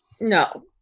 No